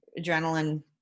adrenaline